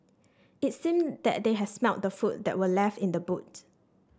it seemed that they had smelt the food that were left in the boot